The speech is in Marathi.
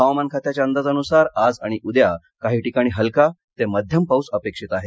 हवामान खात्याच्या अंदाजानुसार आज आणि उद्या काही ठिकाणी हलका ते मध्यम पाऊस अपेक्षित आहे